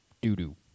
doo-doo